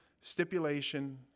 stipulation